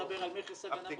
שלא נדבר על מכס --- יש